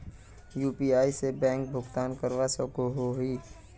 UPI से bank भुगतान करवा सकोहो ही?